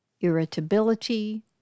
Irritability